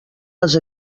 les